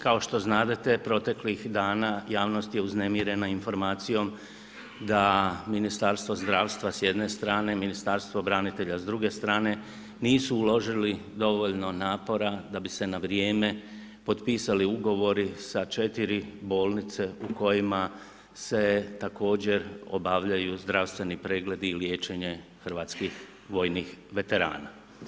Kao što znadete proteklih dana javnost je uznemirena informacijom da Ministarstvo zdravstva s jedne strane, Ministarstvo branitelja s druge strane nisu uložili dovoljno napora da bi se na vrijeme potpisali ugovori sa četiri bolnice u kojima se također obavljaju zdravstveni pregledi i liječenje hrvatskih vojnih veterana.